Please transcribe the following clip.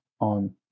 on